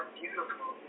beautiful